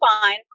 fine